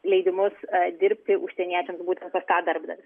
leidimus dirbti užsieniečiams būtent pas tą darbdavį